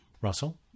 Russell